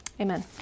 Amen